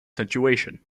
situation